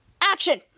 action